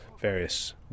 various